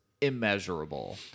immeasurable